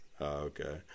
okay